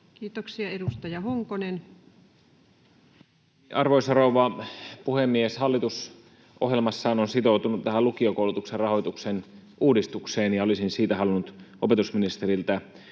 Kiitoksia. — Edustaja Honkonen. Arvoisa rouva puhemies! Hallitus ohjelmassaan on sitoutunut tähän lukiokoulutuksen rahoituksen uudistukseen, ja olisin siitä halunnut opetusministeriltä